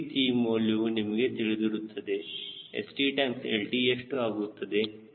ಈ ರೀತಿ ಈ ಮೌಲ್ಯವು ನಿಮಗೆ ತಿಳಿದಿರುತ್ತದೆ St∗lt ಎಷ್ಟು ಆಗುತ್ತದೆ